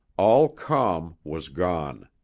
all calm was gone.